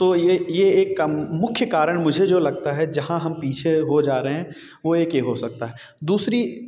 तो ये एक काम मुख्य कारण मुझे जो लगता है जहां हम पीछे हो जा रहे हैं वो एक ये हो सकता है दूसरी